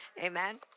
Amen